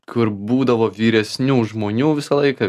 kur būdavo vyresnių žmonių visą laiką